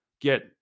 get